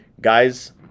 Guys